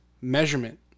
measurement